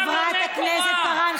חברת הכנסת פארן,